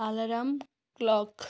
alarm clock